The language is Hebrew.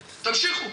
תמשיכו.